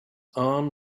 arm